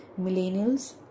Millennials